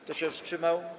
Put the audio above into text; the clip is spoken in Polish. Kto się wstrzymał?